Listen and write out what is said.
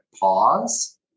pause